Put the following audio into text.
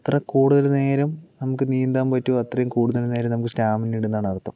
എത്ര കൂടുതൽ നേരം നമുക്ക് നീന്താന് പറ്റുമോ അത്രയും കൂടുതല് നേരം നമുക്ക് സ്റ്റാമിന ഉണ്ടെന്നാണ് അര്ത്ഥം